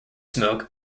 smoke